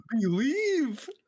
believe